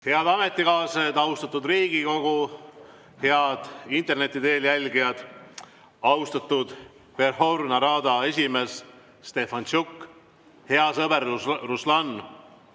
Head ametikaaslased, austatud Riigikogu! Head interneti teel jälgijad! Austatud Verhovna Rada esimees Stefantšuk, hea sõber Ruslan!